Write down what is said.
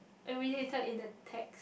I really hated in the tag